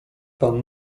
pan